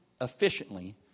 efficiently